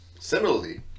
Similarly